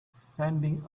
sending